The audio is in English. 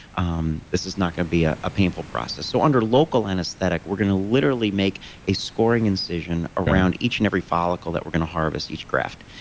um this is not going to be ah a painful process. so, under local anesthetic we're going to literally make a scoring incision around each and every follicle that we're going to harvest, each graft.